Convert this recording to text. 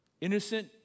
Innocent